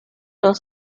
los